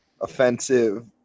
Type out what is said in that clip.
offensive